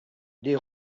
des